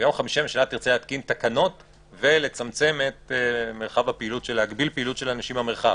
וביום חמישי הממשלה תרצה להתקין תקנות ולהגביל פעילות של אנשים במרחב,